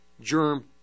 germ